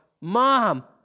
Mom